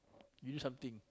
you do something